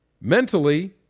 Mentally